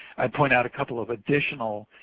iid point out a couple of additional